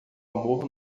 amor